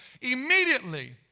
Immediately